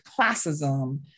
classism